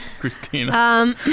Christina